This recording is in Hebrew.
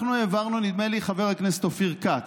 אנחנו העברנו, נדמה לי שחבר הכנסת אופיר כץ,